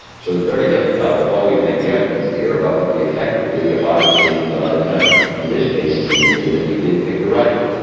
so it's very difficult to always make judgements here about what the effect would be of our decisions on other countries. in this case, seemed to me, that we did pick the right one.